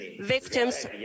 victims